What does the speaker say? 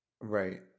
Right